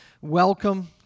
welcome